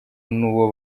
n’uwo